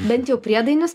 bent jau priedainius